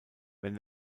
wenn